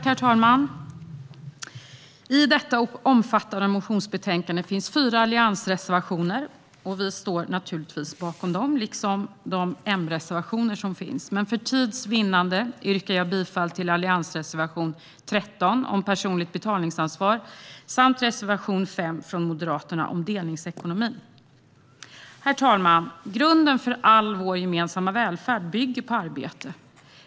Herr talman! I detta omfattande motionsbetänkande finns fyra alliansreservationer, och vi står naturligtvis bakom dem, liksom de M-reservationer som finns. För tids vinnande yrkar jag dock endast bifall till alliansreservation nr 13 om personligt betalningsansvar samt reservation nr 5 från Moderaterna om delningsekonomin. Herr talman! Grunden för all vår gemensamma välfärd bygger på arbete.